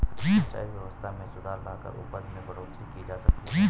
सिंचाई व्यवस्था में सुधार लाकर उपज में बढ़ोतरी की जा सकती है